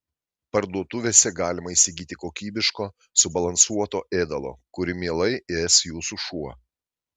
parduotuvėse galima įsigyti kokybiško subalansuoto ėdalo kurį mielai ės jūsų šuo